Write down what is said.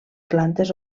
plantes